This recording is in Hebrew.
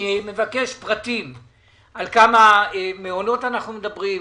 אני מבקש פרטים על כמה מעונות אנחנו מדברים.